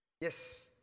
Yes